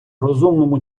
розумному